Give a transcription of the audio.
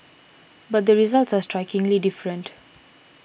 but the results are strikingly different